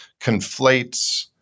conflates